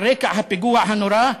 על רקע הפיגוע הנורא,